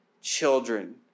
children